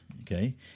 okay